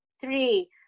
three